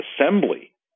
assembly